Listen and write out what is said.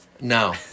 No